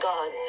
God